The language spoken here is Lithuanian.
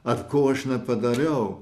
ar ko aš nepadariau